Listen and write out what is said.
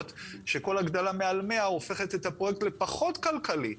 שכל הגדלה מעל 100 הופכת את הפרויקט לפחות כלכלי.